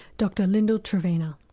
dr lyndal trevena.